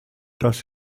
das